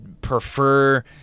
prefer